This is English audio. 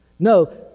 No